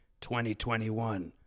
2021